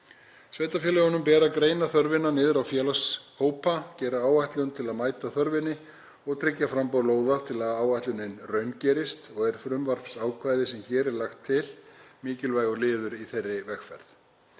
Sveitarfélögunum ber að greina þörfina eftir félagshópum, gera áætlun til að mæta þörfinni og tryggja framboð lóða til að áætlunin raungerist og er frumvarpsákvæðið sem hér er lagt til mikilvægur liður í þeirri vegferð.